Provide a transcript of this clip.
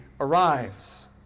arrives